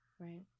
Right